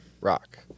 rock